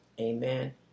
Amen